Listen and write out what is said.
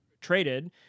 traded